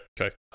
Okay